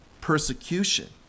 persecution